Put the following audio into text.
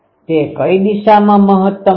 તે કઈ દિશામાં મહત્તમ છે